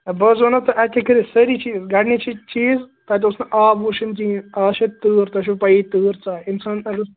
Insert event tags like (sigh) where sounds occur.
ہے بہٕ حظ وَنو تۄہہِ اَکہِ اَکہِ سٲری چیٖز گۄڈنِچی چیٖز تَتہِ اوس نہٕ آب وُشُن کِہیٖنٛۍ اَز چھِ تٍر تۄہہِ چھُو پَیی تٍر ژایہِ اِنسان (unintelligible)